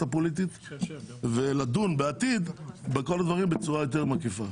הפוליטית ולדון בעתיד בכלל הדברים בצורה יותר מקיפה.